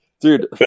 dude